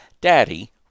Daddy